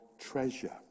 treasure